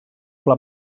plat